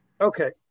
Okay